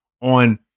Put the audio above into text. on